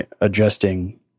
adjusting